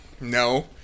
No